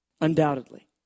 undoubtedly